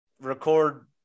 record